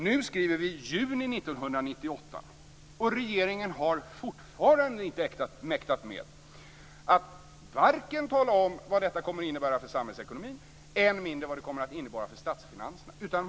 Nu skriver vi juni 1998, och regeringen har fortfarande inte mäktat med att tala om vad detta kommer att innebära för samhällsekonomin, än mindre vad det kommer att innebära för statsfinanserna.